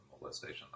molestation